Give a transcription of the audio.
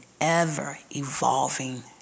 ever-evolving